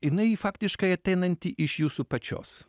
jinai faktiškai ateinanti iš jūsų pačios